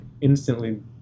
instantly